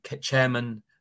chairman